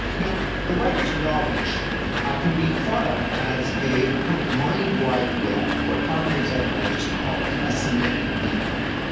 now, the writer's knowledge can be thought of as a a kind of mind-wide web what cognitive psychologists call a semantic network.